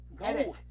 Edit